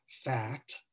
fact